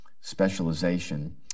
specialization